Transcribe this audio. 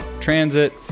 transit